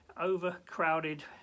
overcrowded